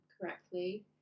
correctly